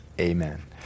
amen